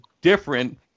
different